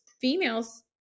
females